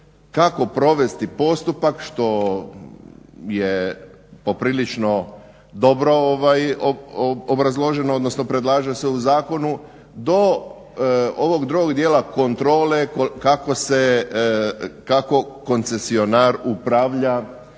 kako provesti postupak što je poprilično dobro obrazloženo, odnosno predlaže se u zakonu. Do ovog drugog dijela kontrole, kako se, kako koncesionar upravlja